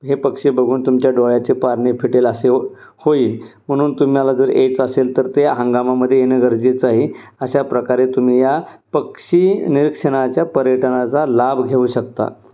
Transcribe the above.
हे पक्षी बघून तुमच्या डोळ्याचे पारणे फिटेल असे होईल म्हणून तुम्हाला जर यायचं असेल तर ते हंगामामध्ये येणं गरजेचं आहे अशा प्रकारे तुम्ही या पक्षी निरीक्षणाच्या पर्यटनाचा लाभ घेऊ शकता